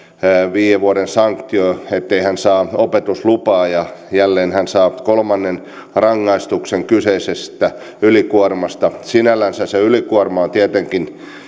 viiden vuoden sanktio ettei hän saa opetuslupaa ja jälleen hän saa kolmannen rangaistuksen kyseisestä ylikuormasta sinällänsä se ylikuorma on tietenkin